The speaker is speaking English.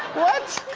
what!